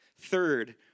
Third